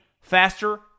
faster